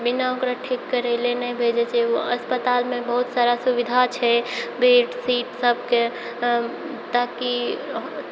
बिना ओकरा ठीक करै लेल नहि भेजै छै उ अस्पतालमे बहुत सारा सुबिधा छै बेडशीट सबके अऽ तकियो